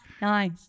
Nice